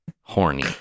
horny